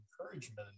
encouragement